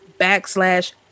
backslash